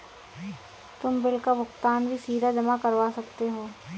तुम बिल का भुगतान भी सीधा जमा करवा सकते हो